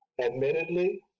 Admittedly